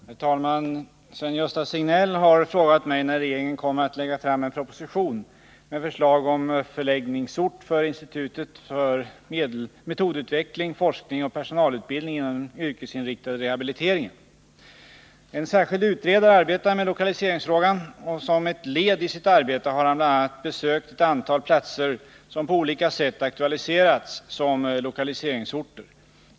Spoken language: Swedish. Herr talman! Sven-Gösta Signell har frågat mig när regeringen kommer att lägga fram en proposition med förslag om förläggningsort för institutet för metodutveckling, forskning och personalutbildning inom den yrkesinriktade rehabiliteringen. En särskild utredare arbetar med lokaliseringsfrågan. Som ett led i sitt arbete har han bl.a. besökt ett antal platser, som på olika sätt aktualiserats som lokaliseringsorter.